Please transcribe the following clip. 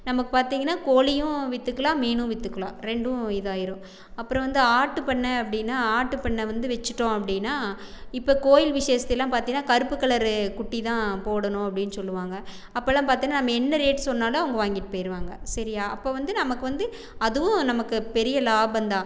நமக்கு பார்த்திங்கன்னா கோழியும் விற்றுக்குலாம் மீனும் விற்றுக்குலாம் ரெண்டும் இதாகிரும் அப்புறம் வந்து ஆட்டுப் பண்ணை அப்படினா ஆட்டுப் பண்ணை வந்து வைச்சுட்டோம் அப்படினா இப்போ கோயில் விசேஷத்தெலலாம் பார்த்திங்கன்னா கருப்பு கலரு குட்டி தான் போடணும் அப்படினு சொல்லுவாங்க அப்பெலாம் பார்த்தோம்ன்னா நம்ம என்ன ரேட் சொன்னாலும் அவங்க வாங்கிட்டு போயிடுவாங்க சரியா அப்போ வந்து நமக்கு வந்து அதுவும் நமக்கு பெரிய லாபம் தான்